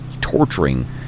torturing